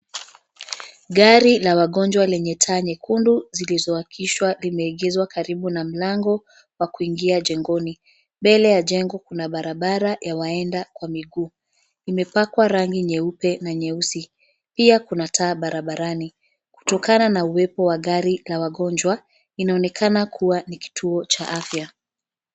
Gari la wagonjwa lenye taa nyekundu zilizoakishwa limeegezwa karibu na mlango wa kuingia jengoni. Mbele ya jengo kuna barabara ya waenda kwa miguu. Imepakwa rangi nyeupe na nyeusi, pia kuna taa barabarani. Kutokana na uwepo wa gari la wagonjwa, inaonekana kuwa ni kituo cha afya.